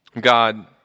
God